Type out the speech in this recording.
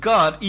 God